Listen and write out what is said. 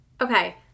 Okay